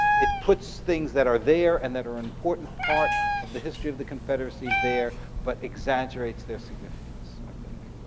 it puts things that are there and that are an important part of the history of the confederacy there, but exaggerates their significance, i think.